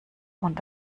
und